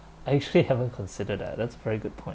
I actually haven't consider that that's very good point